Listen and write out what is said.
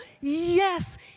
Yes